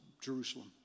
Jerusalem